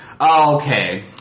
Okay